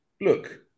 look